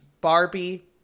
Barbie